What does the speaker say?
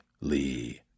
Lee